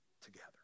together